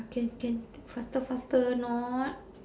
can can faster faster or not